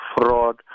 fraud